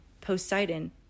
Poseidon